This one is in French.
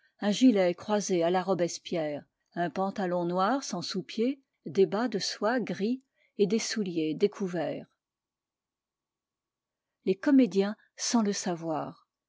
un gilet croisé à la robespierre un pantalon noir sans sous-pieds des bas de soie gris et des souliers découverts o